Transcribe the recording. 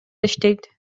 иштейт